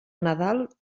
nadal